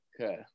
Okay